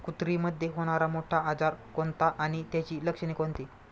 कुत्रीमध्ये होणारा मोठा आजार कोणता आणि त्याची लक्षणे कोणती?